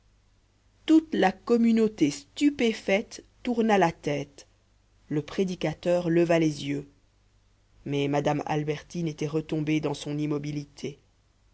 toute la communauté stupéfaite tourna la tête le prédicateur leva les yeux mais madame albertine était retombée dans son immobilité